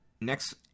next